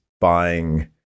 buying